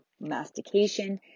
mastication